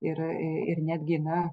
ir ir netgi na